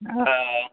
हँ